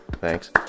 Thanks